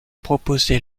proposé